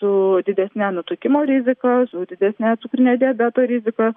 su didesne nutukimo rizika su didesne cukrinio diabeto rizika